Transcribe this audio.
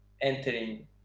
entering